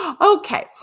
Okay